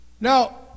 Now